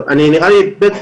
טוב, אני נראה לי אגיע,